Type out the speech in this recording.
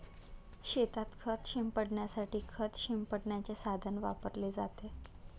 शेतात खत शिंपडण्यासाठी खत शिंपडण्याचे साधन वापरले जाते